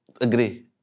Agree